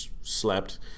slept